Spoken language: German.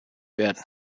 werden